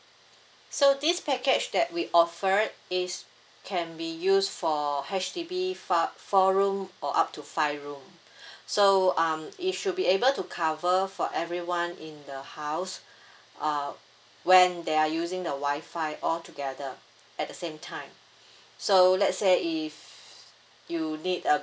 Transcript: so this package that we offer is can be used for H_D_B fi~ four room or up to five room so um it should be able to cover for everyone in the house uh when they are using the Wi-Fi all together at the same time so let's say if you need a